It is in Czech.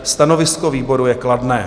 Stanovisko výboru je kladné.